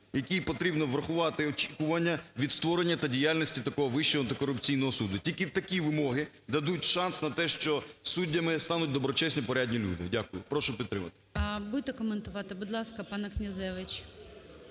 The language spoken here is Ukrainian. які потрібно врахувати, і очікування від створення та діяльності такого Вищого антикорупційного суду, тільки такі вимоги дадуть шанс на те, що суддями стануть доброчесні, порядні люди. Дякую. Прошу підтримати.